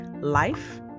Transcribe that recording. life